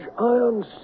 iron